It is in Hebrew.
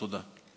תודה.